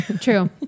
true